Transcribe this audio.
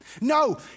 No